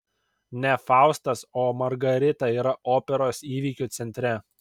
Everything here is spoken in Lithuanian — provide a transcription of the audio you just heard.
ne faustas o margarita yra operos įvykių centre